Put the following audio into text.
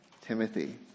Timothy